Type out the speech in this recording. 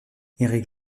eric